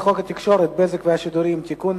התקשורת (בזק ושידורים) (תיקון,